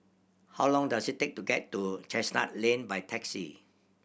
how long does it take to get to Chestnut Lane by taxi